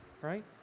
right